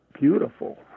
beautiful